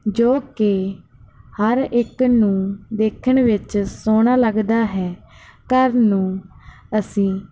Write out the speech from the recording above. ਜੋ ਕਿ ਹਰ ਇੱਕ ਨੂੰ ਦੇਖਣ ਵਿੱਚ ਸੋਹਣਾ ਲੱਗਦਾ ਹੈ ਘਰ ਨੂੰ ਅਸੀਂ